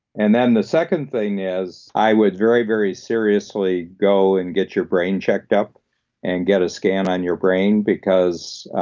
and then the second thing is, i would very, very seriously go and get your brain checked up and get a scan on your brain, because